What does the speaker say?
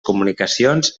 comunicacions